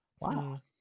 Wow